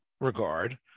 regard